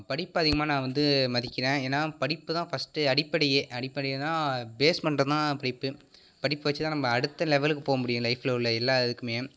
படிப்பை அதிகமாக நான் வந்து மதிக்கிறேன் ஏன்னால் படிப்பு தான் ஃபஸ்ட்டு அடிப்படையே அடிப்படைனா பேஸ்மட்டம் தான் படிப்பு படிப்ப வச்சு தான் நம்ம அடுத்த லெவலுக்கு போக முடியும் லைஃபில் உள்ள எல்லா இதுக்குமே